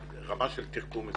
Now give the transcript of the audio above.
רמה של תחכום מסוימת.